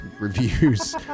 reviews